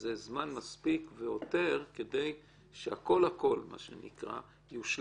וזה זמן מספיק והותר כדי שהכול הכול יושלם,